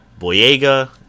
Boyega